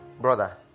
Brother